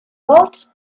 what